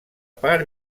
part